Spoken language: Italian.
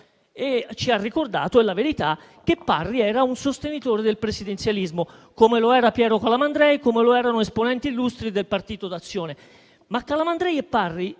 e ci ha ricordato - è la verità - che Parri era un sostenitore del presidenzialismo, come lo era Piero Calamandrei e come lo erano esponenti illustri del Partito d'Azione, ma Calamandrei e Parri